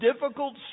difficult